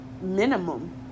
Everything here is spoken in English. minimum